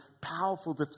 powerful